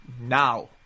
now